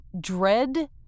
dread